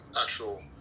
actual